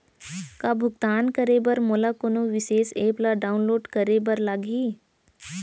का भुगतान करे बर मोला कोनो विशेष एप ला डाऊनलोड करे बर लागही